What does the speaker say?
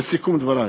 לסיכום דברי,